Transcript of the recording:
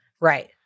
Right